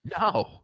No